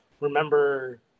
remember